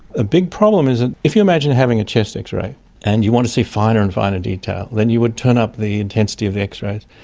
a big problem is, and if you imagine having a chest x-ray and you want to see finer and finer detail, then you would turn up the intensity of the x-rays.